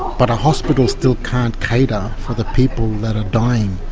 but our hospitals still can't cater for the people that are dying.